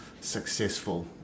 successful